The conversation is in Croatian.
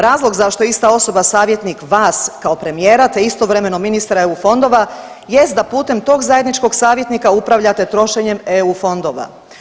Razlog zašto je ista osoba savjetnik vas kao premijera te istovremeno ministra EU fondova jest da putem tog zajedničkog savjetnika upravljate trošenjem EU fondova.